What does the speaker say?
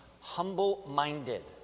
humble-minded